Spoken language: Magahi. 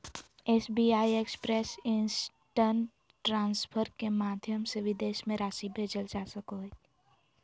एस.बी.आई एक्सप्रेस इन्स्टन्ट ट्रान्सफर के माध्यम से विदेश में राशि भेजल जा सको हइ